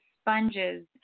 sponges